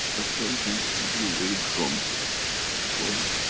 as something to keep you away from corona.